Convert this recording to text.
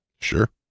Sure